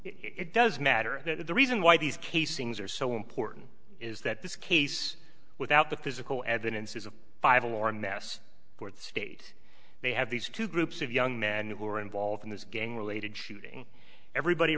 it does matter and the reason why these casings are so important is that this case without the physical evidence is a five alarm mass for the state they have these two groups of young men who were involved in this gang related shooting everybody